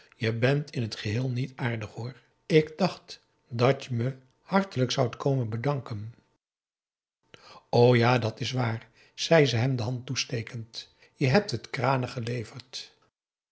je bent in t geheel niet aardig hoor ik dacht dat je me hartelijk zoudt komen bedanken o ja dat is waar zei ze hem de hand toestekend je hebt t kranig geleverd